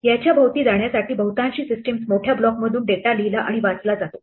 याच्या भोवती जाण्यासाठी बहुतांशी सिस्टीम्स मोठ्या ब्लॉकमधून डेटा लिहिला आणि वाचला जातो